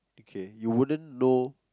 okay you wouldn't know